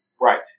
Right